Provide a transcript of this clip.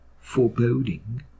Foreboding